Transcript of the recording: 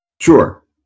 Sure